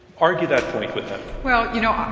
argue that point with them. well, you know,